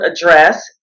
address